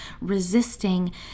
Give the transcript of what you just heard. resisting